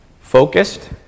Focused